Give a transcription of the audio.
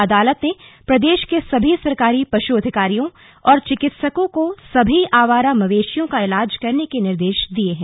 अदालत ने प्रदेश के सभी सरकारी पशु अधिकारियों और चिकित्सकों को सभी आवारा मवेशियों का इलाज करने के निर्देश दिए हैं